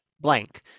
blank